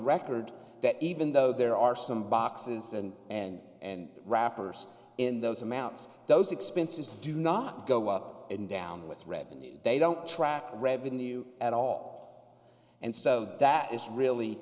record that even though there are some boxes and and and wrappers in those amounts those expenses do not go up and down with revenue they don't track revenue at all and so that is really